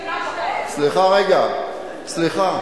סליחה רגע, סליחה.